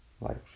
life